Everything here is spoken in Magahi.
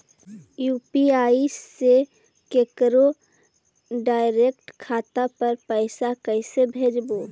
यु.पी.आई से केकरो डैरेकट खाता पर पैसा कैसे भेजबै?